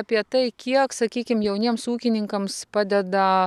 apie tai kiek sakykim jauniems ūkininkams padeda